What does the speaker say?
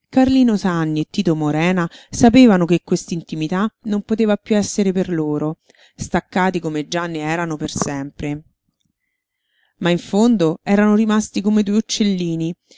carlino sanni e tito morena sapevano che quest'intimità non poteva piú essere per loro staccati come già ne erano per sempre ma in fondo erano rimasti come due uccellini